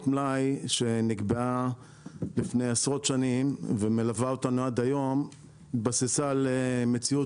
מלאי שנקבעה לפני עשרות שנים ומלווה אותנו עד היום התבססה על מציאות